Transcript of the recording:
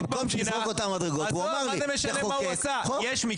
במקום שיזרוק אותם מהמדרגות אמר לי: תחוקק חוק,